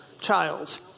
child